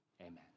Amen